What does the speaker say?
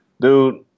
dude